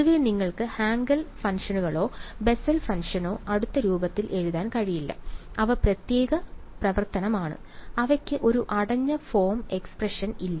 പൊതുവേ നിങ്ങൾക്ക് ഹാങ്കൽ ഫംഗ്ഷനുകളോ ബെസൽ ഫംഗ്ഷനോ അടുത്ത രൂപത്തിൽ എഴുതാൻ കഴിയില്ല അവ പ്രത്യേക പ്രവർത്തനമാണ് അവയ്ക്ക് ഒരു അടഞ്ഞ ഫോം എക്സ്പ്രഷൻ ഇല്ല